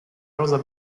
rosa